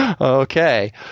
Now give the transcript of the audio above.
Okay